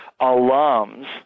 alums